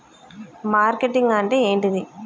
Marketing అంటే ఏంటిది?